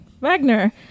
Wagner